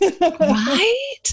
Right